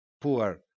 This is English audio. Poor